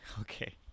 Okay